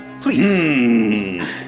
Please